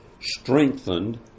strengthened